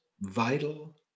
vital